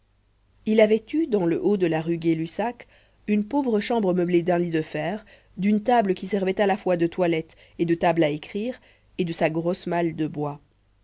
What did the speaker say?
il avait eu dans le haut de la rue gay-lussac une pauvre chambre meublée d'un lit de fer d'une table qui servait à la fois de toilette et de table à écrire et de sa grosse malle de bois